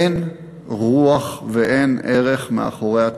אין רוח ואין ערך מאחורי התקציב.